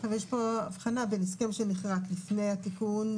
יש פה הבחנה בין הסכם שנכרת לפני התיקון,